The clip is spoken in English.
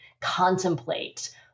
contemplate